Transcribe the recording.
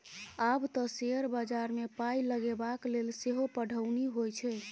आब तँ शेयर बजारमे पाय लगेबाक लेल सेहो पढ़ौनी होए छै